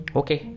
okay